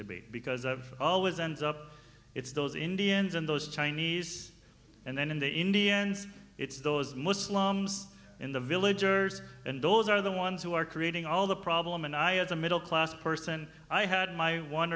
debate because i've always ends up it's those indians and those chinese and then in the indians it's those muslims in the villagers and those are the ones who are creating all the problem and i as a middle class person i had my one